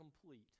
complete